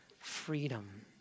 freedom